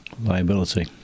liability